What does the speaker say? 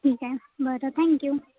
ठीक आहे बरं थँक्यू